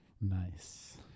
Nice